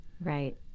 Right